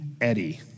Eddie